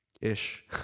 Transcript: ish